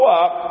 up